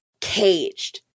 caged